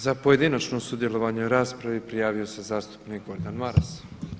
Za pojedinačno sudjelovanje u raspravi prijavio se zastupnik Gordan Maras.